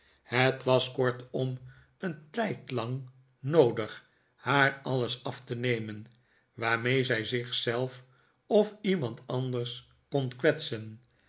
het was kortom een tijdlang noodig haar alles af te nemen waarmee zij zich zelf of iemand anders kon kwetsen